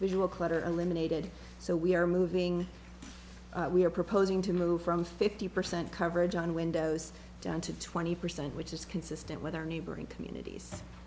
visual clutter eliminated so we are moving we are proposing to move from fifty percent coverage on windows down to twenty percent which is consistent with our neighboring